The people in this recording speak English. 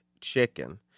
chicken